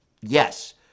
Yes